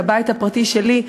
על הבית הפרטי שלי,